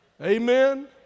Amen